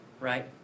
right